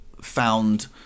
found